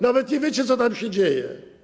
Nawet nie wiecie, co tam się dzieje.